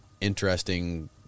interesting